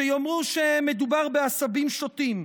שיאמרו שמדובר בעשבים שוטים,